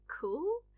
cool